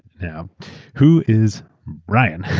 yeah who is brian?